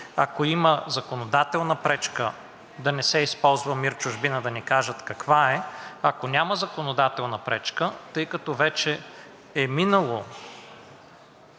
ако има законодателна пречка да не се използва МИР „Чужбина“, да ни кажат каква е. Ако няма законодателна пречка, тъй като вече е минало